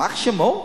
"יימח שמו".